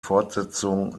fortsetzung